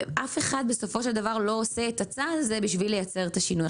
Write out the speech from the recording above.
אף אחד בסופו של דבר לא עושה את הצעד הזה בשביל לייצר את השינוי.